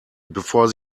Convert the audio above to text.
bevor